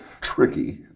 tricky